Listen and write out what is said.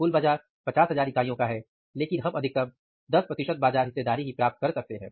कुल बाजार 50000 इकाइयों का है लेकिन हम अधिकतम 10 बाजार हिस्सेदारी ही प्राप्त कर सकते हैं